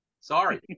Sorry